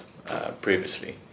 Previously